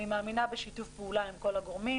אני מאמינה בשיתוף פעולה עם כל הגורמים